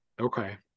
okay